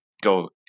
go